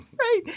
Right